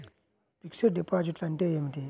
Fixed డిపాజిట్లు అంటే ఏమిటి?